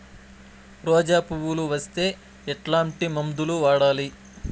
రోజా పువ్వులు వస్తే ఎట్లాంటి మందులు వాడాలి?